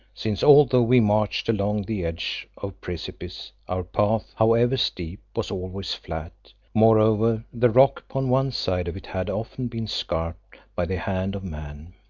since, although we marched along the edge of precipices, our path however steep, was always flat moreover, the rock upon one side of it had often been scarped by the hand of man.